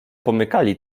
pomykali